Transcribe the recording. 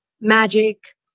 magic